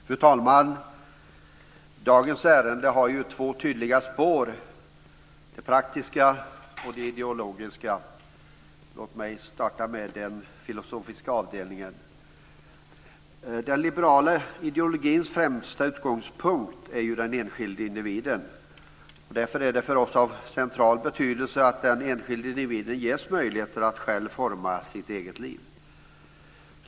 Fru talman! Dagens ärende har två tydliga spår: det praktiska och det ideologiska. Låt mig starta med den filosofiska avdelningen. Den liberala ideologins främsta utgångspunkt är den enskilde individen. Därför är det för oss av central betydelse att den enskilde individen ges möjligheter att själv forma sitt eget liv.